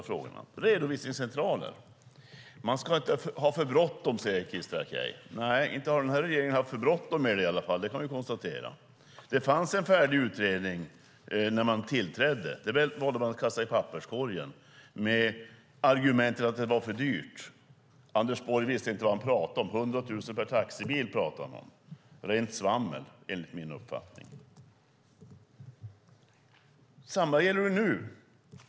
När det gäller redovisningscentraler ska man inte ha för bråttom, säger Christer Akej. Inte har i varje fall den här regeringen haft bråttom. Det kan man konstatera. Det fanns en färdig utredning när den tillträdde. Den valde den att kasta i papperskorgen med argumentet att det var för dyrt. Anders Borg visste inte vad han talade om. Han talade om att det skulle kosta 100 000 kronor per taxibil. Det var rent svammel, enligt min uppfattning. Det är samma som gäller nu.